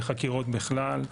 בחקירות בכלל,